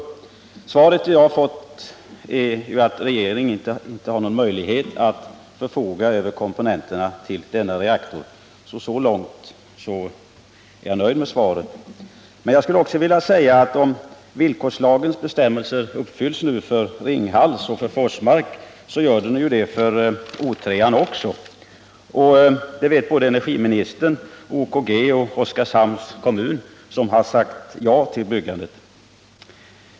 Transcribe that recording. Det svar jag fått är att regeringen inte har någon möjlighet att förfoga över komponenterna till denna reaktor. Och så långt är jag nöjd med svaret. Men jag skulle också vilja säga att om villkorslagens bestämmelser nu uppfylls för Ringhals och Forsmark så gör de det också för O 3. Och det vet såväl energiministern som OKG och Oskarshamns kommun, som sagt ja till byggandet.